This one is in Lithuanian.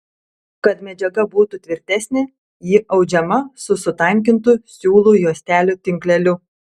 kad medžiaga būtų tvirtesnė ji audžiama su sutankintu siūlų juostelių tinkleliu